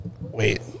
Wait